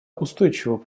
устойчивого